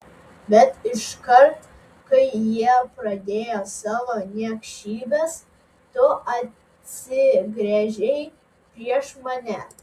bet iškart kai jie pradėjo savo niekšybes tu atsigręžei prieš mane